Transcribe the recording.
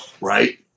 right